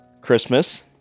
Christmas